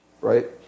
Right